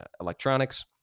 electronics